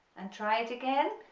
and try it again.